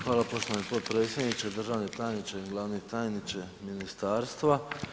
Hvala poštovani potpredsjedniče, državni tajniče, glavni tajniče ministarstva.